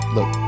Look